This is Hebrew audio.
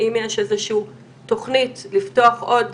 האם יש איזושהי תוכנית לפתוח עוד